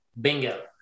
bingo